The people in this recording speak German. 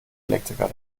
elektriker